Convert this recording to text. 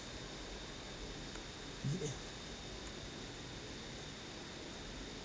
yeah